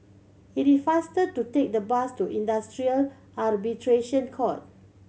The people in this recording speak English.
it is faster to take the bus to Industrial Arbitration Court